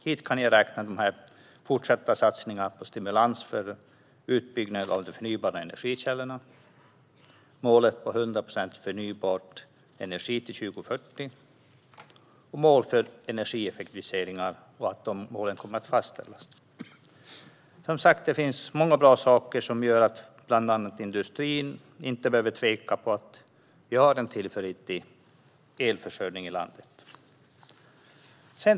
Hit kan jag räkna fortsatta satsningar på stimulans för utbyggnad av de förnybara energikällorna, målet om 100 procent förnybar energi till 2040 och att mål för energieffektiviseringar kommer att fastställas. Det finns många bra saker som gör att bland annat industrin inte behöver tvivla på att vi har en tillförlitlig elförsörjning i landet.